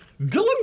Dylan